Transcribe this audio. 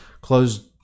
closed